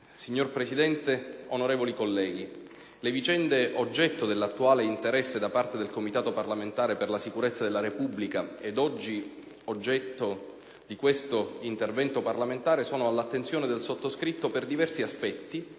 Signor Presidente, onorevoli colleghi, le vicende oggetto dell'attuale interesse dal parte del Comitato parlamentare per la sicurezza della Repubblica ed oggi oggetto di questo intervento parlamentare sono all'attenzione del sottoscritto per diversi aspetti,